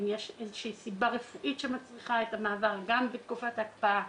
כאשר אם יש איזושהי סיבה רפואית שמצריכה את המעבר גם בתקופת ההקפאה,